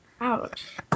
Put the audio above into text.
Ouch